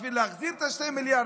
בשביל להחזיר את ה-2 מיליארד,